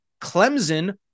Clemson